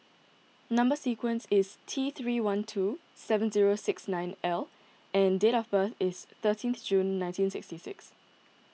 Number Sequence is T three one two seven zero six nine L and date of birth is thirteenth June nineteen sixty six